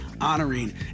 honoring